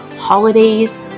holidays